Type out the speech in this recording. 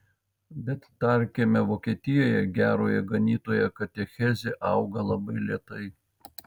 bet tarkime vokietijoje gerojo ganytojo katechezė auga labai lėtai